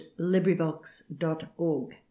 Librivox.org